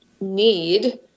need